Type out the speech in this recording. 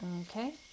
Okay